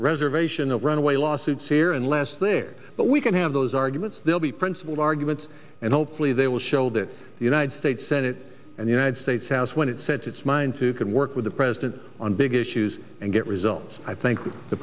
reservation of runaway lawsuits here unless there but we can have those arguments they'll be principled arguments and hopefully they will show that the united states senate and the united states house when it sets its mind to can work with the president on big issues and get results i think the